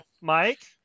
Mike